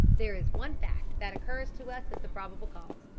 there is one fact that occurs to us as the probable cause.